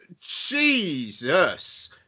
Jesus